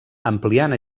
ampliant